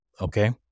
Okay